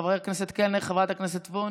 חבר הכנסת קלנר וחברת הכנסת וונש,